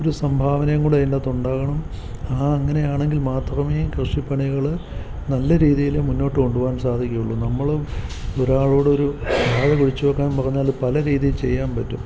ഒരു സംഭാവനയും കൂടി അതിന്റെ അകത്തുണ്ടാകണം ആ അങ്ങനെയാണെങ്കിൽ മാത്രമേ കൃഷിപ്പണികൾ നല്ല രീതിയിൽ മുന്നോട്ടുകൊണ്ടുപോവാൻ സാധിക്കുകയുളളൂ നമ്മൾ ഒരാളോടൊരു വാഴ കുഴിച്ചുവെക്കാൻ പറഞ്ഞാൽ പല രീതിയിൽ ചെയ്യാൻ പറ്റും